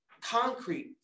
concrete